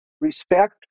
respect